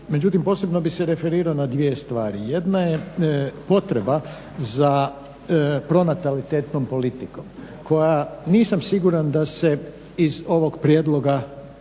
Međutim posebno bih se referirao na dvije stvari. Jedna je potreba za pronatalitetnom politikom koja nisam siguran da se iz ovog prijedloga